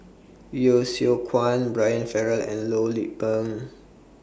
Yeo Seow Kwang Brian Farrell and Loh Lik Peng